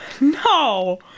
No